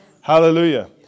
Hallelujah